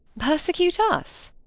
persecute us?